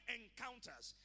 encounters